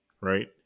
right